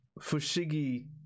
Fushigi